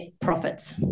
profits